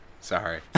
Sorry